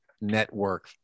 network